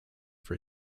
for